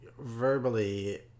verbally